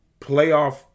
playoff